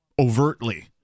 Overtly